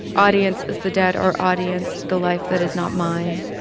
audience as the dead are audience to the life that is not mine,